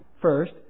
first